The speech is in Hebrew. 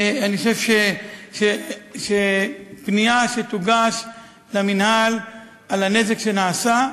אני חושב שפנייה שתוגש למינהל על הנזק שנעשה,